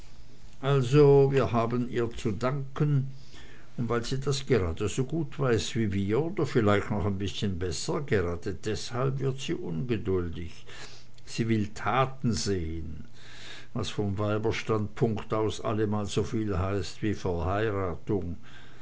also wir haben ihr zu danken und weil sie das geradesogut weiß wie wir oder vielleicht noch ein bißchen besser gerade deshalb wird sie ungeduldig sie will taten sehen was vom weiberstandpunkt aus allemal soviel heißt wie verheiratung